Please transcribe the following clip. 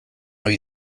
ohi